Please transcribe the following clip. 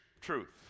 truth